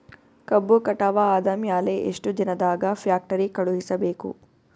ಕಬ್ಬು ಕಟಾವ ಆದ ಮ್ಯಾಲೆ ಎಷ್ಟು ದಿನದಾಗ ಫ್ಯಾಕ್ಟರಿ ಕಳುಹಿಸಬೇಕು?